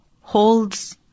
holds